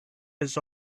his